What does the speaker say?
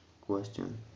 Question